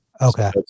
Okay